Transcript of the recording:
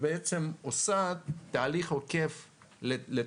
היא בעצם עושה תהליך עוקף לתקציב,